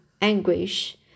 anguish